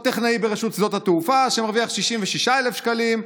או טכנאי ברשות שדות התעופה שמרוויח 66,000 שקלים,